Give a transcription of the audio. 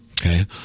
Okay